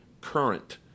current